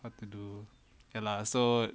what to do K lah so